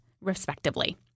respectively